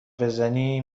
بزنی